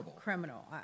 criminal